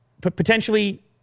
potentially